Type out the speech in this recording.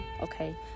okay